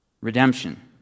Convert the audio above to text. Redemption